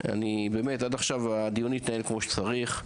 עד עכשיו הדיון התנהל כמו שצריך,